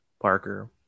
Parker